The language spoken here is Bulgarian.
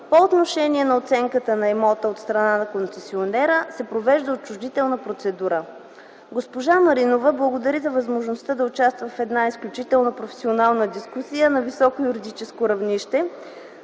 по отношение на оценката на имота от страна на концесионера, се провежда отчуждителна процедура. Госпожа Маринова благодари за възможността да участва в една изключително професионална дискусия на високо юридическо равнище.